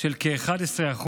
של כ-11%